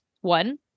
one